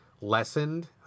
lessened